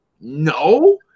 No